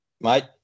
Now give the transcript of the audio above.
Mate